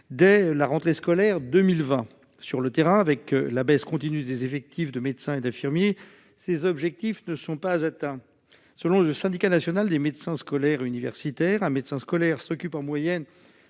de leur naissance à 6 ans. Sur le terrain, avec la baisse continue des effectifs de médecins et d'infirmiers, ces objectifs ne sont pas atteints. Selon le Syndicat national des médecins scolaires et universitaires, un médecin scolaire s'occupe en moyenne